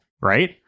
right